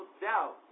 doubt